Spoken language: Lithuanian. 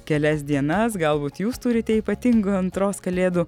kelias dienas galbūt jūs turite ypatingų antros kalėdų